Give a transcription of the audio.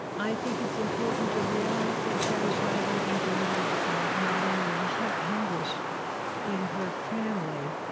i think it's important to realize that terri schiavo engendered not only a lot of anguish in her family,